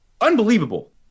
unbelievable